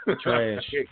Trash